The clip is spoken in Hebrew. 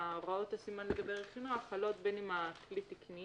שהוראות הסימן לגבי רכינוע חלות בין אם הכלי תקני